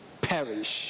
perish